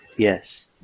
Yes